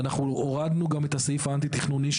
ואנחנו הורדנו את הסעיף האנטי תכנוני,